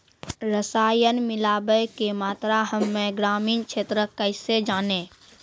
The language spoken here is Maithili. रसायन मिलाबै के मात्रा हम्मे ग्रामीण क्षेत्रक कैसे जानै?